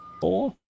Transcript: Four